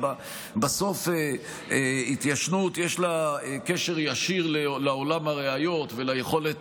בסוף להתיישנות יש קשר ישיר לעולם הראיות וליכולת